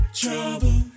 trouble